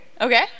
Okay